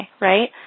right